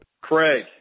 Craig